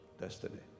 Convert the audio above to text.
destiny